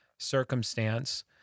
circumstance